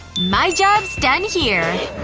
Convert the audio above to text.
my job's done here.